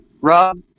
Rob